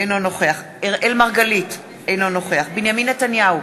אינו נוכח אראל מרגלית, אינו נוכח בנימין נתניהו,